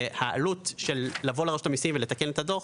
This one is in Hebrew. העלות של לבוא לרשות המסים ולתקן את הדו"ח